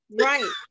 Right